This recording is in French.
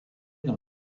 dans